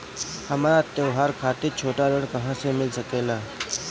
हमरा त्योहार खातिर छोट ऋण कहाँ से मिल सकता?